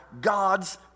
God's